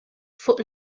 fuq